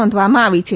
નોંધવામાં આવી છે